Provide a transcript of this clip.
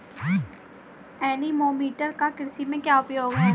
Anemometer का कृषि में क्या उपयोग है?